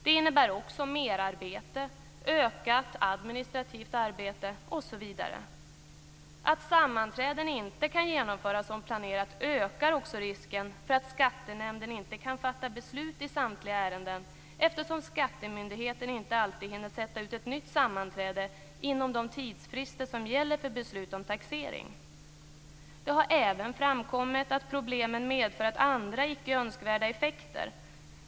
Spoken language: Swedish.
Det innebär också merarbete, ökat administrativt arbete, osv. Att sammanträden inte kan genomföras som planerat ökar också risken för att skattenämnden inte kan fatta beslut i samtliga ärenden, eftersom skattemyndigheten inte alltid hinner sätta ut ett nytt sammanträde inom de tidsfrister som gäller för beslut om taxering. Det har även framkommit att problemen medför andra icke önskvärda effekter.